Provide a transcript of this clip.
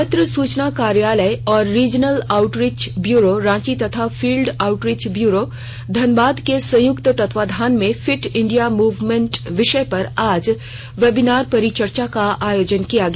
पत्र सूचना कार्यालय और रीजनल आउटरीच ब्यूरो रांची तथा फील्ड आउटरीच ब्यूरो धनबाद के संयुक्त तत्वावधान में फिट इंडिया मूवमेंट विषय पर आज वेबिनार परिचर्चा का आयोजन किया गया